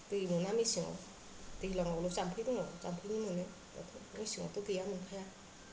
दै मोना मेसेङाव दैलाङावल' जाम्फै दङ ' जाम्फैनि मोनो दाथ' मेसेङावथ' गैया मोनखाया